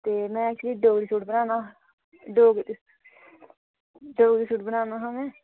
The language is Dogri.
ते में एक्चुअली डोगरी सूट बनाना हा डोगरी डोगरी सूट बनाना हा में